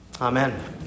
Amen